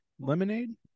lemonade